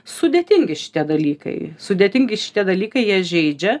sudėtingi šitie dalykai sudėtingi šitie dalykai jie žeidžia